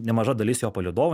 nemaža dalis jo palydovų